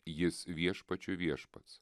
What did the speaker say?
jis viešpačių viešpats